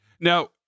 Now